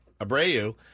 Abreu